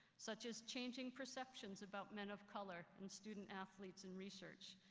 such as changing perceptions about men of color and student-athletes in research,